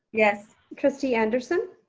yes. trustee anderson.